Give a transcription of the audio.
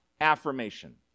affirmation